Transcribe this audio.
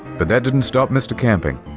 but that didn't stop mr. camping.